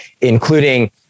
including